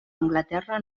anglaterra